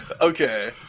Okay